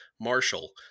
Marshall